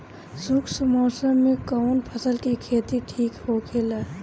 शुष्क मौसम में कउन फसल के खेती ठीक होखेला?